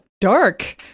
dark